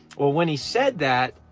well when he said that,